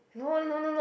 no no no no no